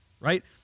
right